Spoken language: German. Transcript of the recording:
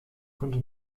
könnte